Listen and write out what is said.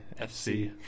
FC